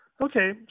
Okay